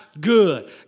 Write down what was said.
good